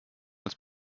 als